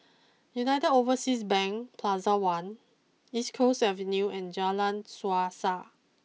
United Overseas Bank Plaza one East Coast Avenue and Jalan Suasa